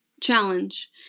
challenge